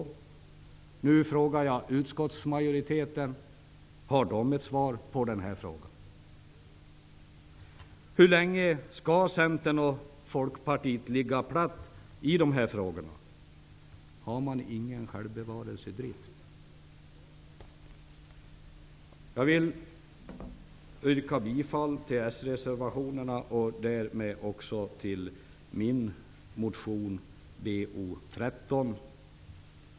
Nu undrar jag om utskottsmajoriteten har något svar på frågan. Hur länge skall Centern och Folkpartiet ligga platt i de här frågorna? Har man ingen självbevarelsedrift? Jag vill yrka bifall till de socialdemokratiska reservationerna och därmed också till min motion Herr talman!